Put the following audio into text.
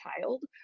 child